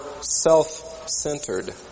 self-centered